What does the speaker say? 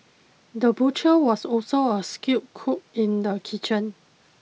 the butcher was also a skilled cook in the kitchen